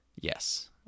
yes